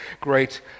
great